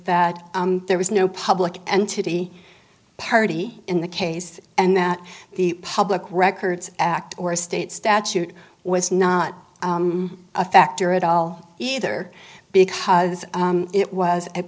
that there was no public entity party in the case and that the public records act or state statute was not a factor at all either because it was a